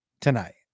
tonight